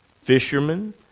fishermen